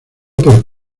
por